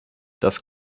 das